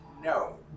No